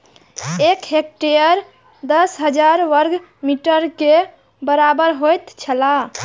एक हेक्टेयर दस हजार वर्ग मीटर के बराबर होयत छला